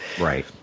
Right